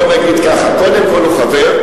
בוא נגיד ככה: קודם כול הוא חבר,